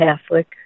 Catholic